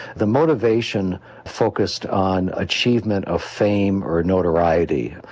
the motivation focused on achievement of fame or notoriety,